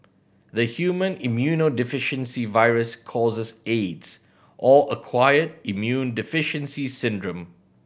the human immunodeficiency virus causes aids or acquired immune deficiency syndrome